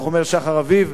כך אומר שחר אביב,